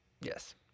yes